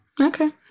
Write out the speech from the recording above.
okay